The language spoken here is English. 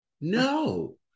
No